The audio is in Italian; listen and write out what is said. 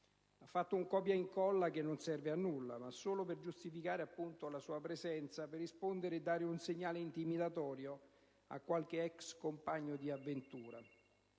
Ha fatto un «copia e incolla» che non serve a nulla: solo a giustificare la sua presenza per rispondere e dare un segnale intimidatorio a qualche ex compagno di avventura.